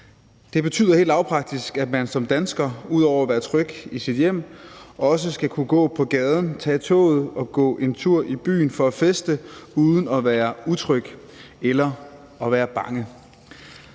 det betyder helt lavpraktisk, at man som dansker, ud over at være tryg i sit hjem, også skal kunne gå på gaden, tage toget og gå en tur i byen for at feste uden at være utryg eller at være bange.